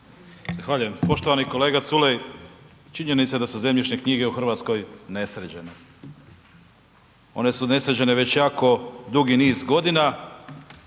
Poštovani kolega Culej, činjenica je da su zemljišne knjige u RH nesređene. One su nesređene već jako dugi niz godina,